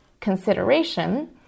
consideration